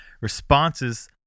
responses